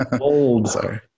Old